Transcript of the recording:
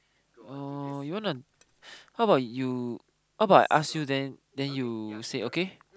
oh you want to how about you how about I ask you then then you said okay